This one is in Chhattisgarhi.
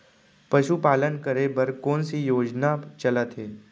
पशुपालन करे बर कोन से योजना चलत हे?